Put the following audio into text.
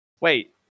Wait